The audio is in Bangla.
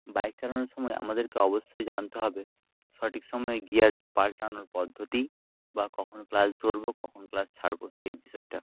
বাইক চালানোর সময় আমাদেরকে অবশ্যই জানতে হবে সঠিক সময় গিয়ার পালটানোর পদ্ধতি বা কখন ক্লাচ ধরবো কখন ক্লাচ ছাড়বো সেই বিষয়টা